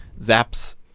Zap's